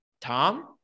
tom